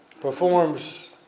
performs